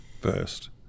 first